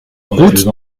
route